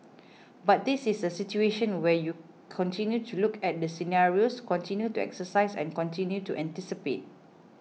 but this is a situation where you continue to look at the scenarios continue to exercise and continue to anticipate